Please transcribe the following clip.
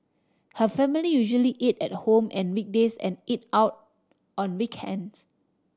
her family usually eat at home on weekdays and eat out on weekends